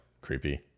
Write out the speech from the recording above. Creepy